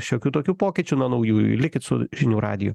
šiokių tokių pokyčių nuo naujųjų likit su žinių radiju